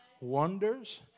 wonders